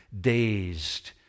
dazed